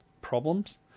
problems